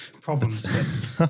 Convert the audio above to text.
problems